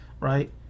right